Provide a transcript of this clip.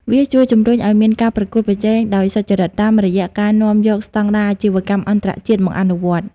វាជួយជំរុញឱ្យមានការប្រកួតប្រជែងដោយសុច្ចរិត តាមរយៈការនាំយកស្ដង់ដារអាជីវកម្មអន្តរជាតិមកអនុវត្ត។